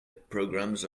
programs